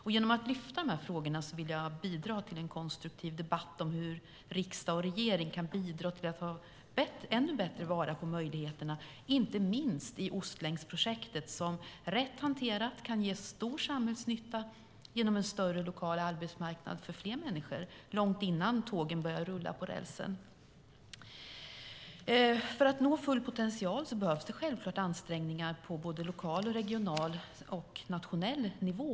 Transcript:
Genom att lyfta dessa frågor vill jag bidra till en konstruktiv debatt om hur riksdag och regering kan medverka till att ta ännu bättre vara på möjligheterna. Det gäller inte minst Ostlänksprojektet, som rätt hanterat kan ge stor samhällsnytta genom en större lokal arbetsmarknad för fler människor långt innan dess att tågen börjar rulla på rälsen. För att nå full potential behövs självklart ansträngningar på såväl lokal och regional som på nationell nivå.